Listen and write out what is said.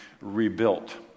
rebuilt